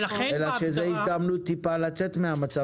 אלא שזו הזדמנות לצאת מהמצב שהוא נמצא בו.